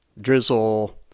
Drizzle